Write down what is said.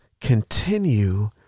continue